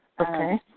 Okay